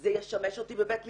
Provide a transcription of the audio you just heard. זה ישמש אותי בבית משפט.